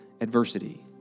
adversity